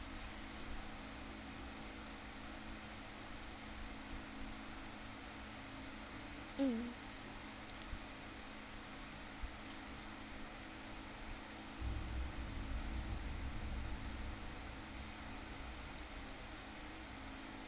mm